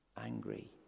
angry